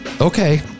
Okay